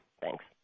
Thanks